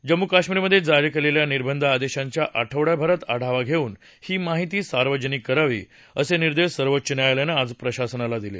जम्मू काश्मीरमध्ये जारी केलेल्या निर्बंध आदेशांचा आठवडाभरात आढावा घेऊन ही माहिती सार्वजनिक करावी असे निर्देश सर्वोच्च न्यायालयानं आज प्रशासनाला दिले